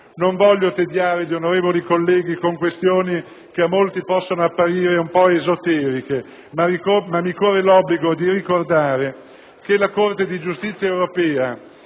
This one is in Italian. Non voglio tediare gli onorevoli colleghi con questioni che a molti possono apparire un po' esoteriche, ma mi corre l'obbligo di ricordare che la Corte di giustizia europea